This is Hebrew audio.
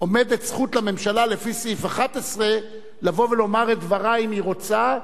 עומדת זכות לממשלה לפי סעיף 11 לבוא ולומר את דברה אם היא רוצה,